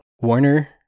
Warner